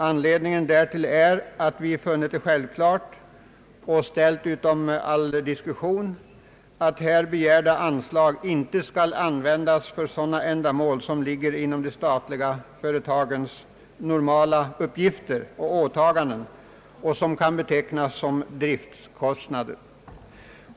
Anledningen är att vi funnit det självklart och ställt utom all diskussion att här begärda anslag icke skall användas för ändamål som ligger inom de statliga företagens normala uppgifter och åta ganden och som kan betraktas som driftkostnader.